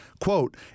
Quote